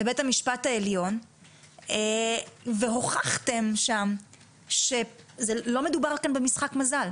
הגעתם לבית המשפט העליון והוכחתם שם שלא מדובר כאן במשחק מזל.